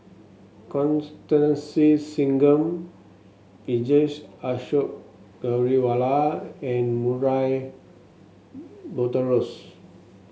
Constance Singam Vijesh Ashok Ghariwala and Murray Buttrose